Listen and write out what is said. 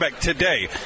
Today